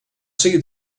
see